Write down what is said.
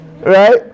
Right